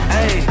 Hey